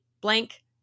blank